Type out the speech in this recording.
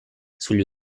sugli